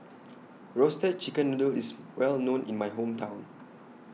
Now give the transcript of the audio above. Roasted Chicken Noodle IS Well known in My Hometown